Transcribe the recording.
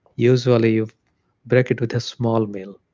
usually, you break it with a small meal,